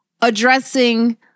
addressing